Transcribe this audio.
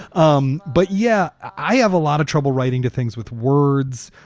um but, yeah, i have a lot of trouble writing to things with words.